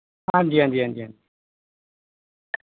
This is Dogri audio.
हांजी हांजी हांजी हांजी